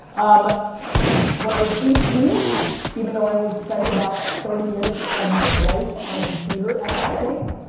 um when i was eighteen even though i only spent about thirty minutes of my life on a computer at that point.